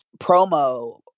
promo